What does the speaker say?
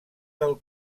del